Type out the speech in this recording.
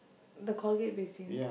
the colgate basin